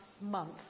month